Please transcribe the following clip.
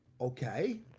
Okay